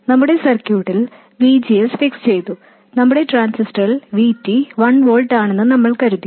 നമ്മുടെ സർക്യൂട്ടിൽ V G S fix ചെയ്തു നമ്മുടെ ട്രാൻസിസ്റ്ററിൽ V T 1 വോൾട്ട് ആണെന്ന് നമ്മൾ കരുതി